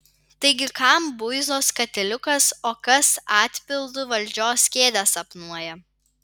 taigi kam buizos katiliukas o kas atpildu valdžios kėdę sapnuoja